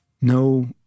no